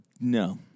No